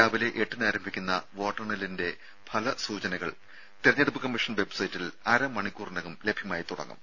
രാവിലെ എട്ടിനാരംഭിക്കുന്ന വോട്ടെണ്ണലിന്റെ ഫല സൂചനകൾ തെരഞ്ഞെടുപ്പ് കമ്മീഷൻ വെബ്സൈറ്റിൽ അര മണിക്കൂറിനകം ലഭ്യമായി തുടങ്ങും